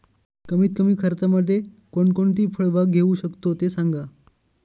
कमीत कमी खर्चामध्ये कोणकोणती फळबाग घेऊ शकतो ते सांगा